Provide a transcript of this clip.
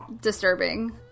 disturbing